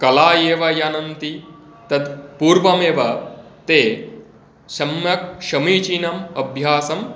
कला एव जानन्ति तत् पूर्वमेव ते सम्यक् समीचिनम् अभ्यासम्